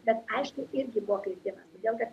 bet aišku irgi buvo kritimas todėl kad